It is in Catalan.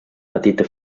petita